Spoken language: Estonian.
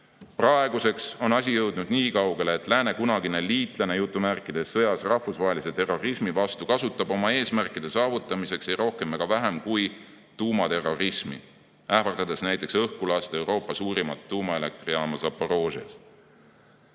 Praeguseks on asi jõudnud nii kaugele, et lääne kunagine "liitlane" sõjas rahvusvahelise terrorismi vastu kasutab oma eesmärkide saavutamiseks ei rohkem ega vähem kui tuumaterrorismi, ähvardades näiteks õhku lasta Euroopa suurima tuumaelektrijaama Zaporižžjas.